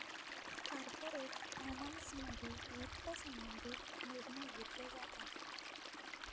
corporate फायनान्समध्ये वित्त संबंधित निर्णय घेतले जातात